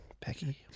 Peggy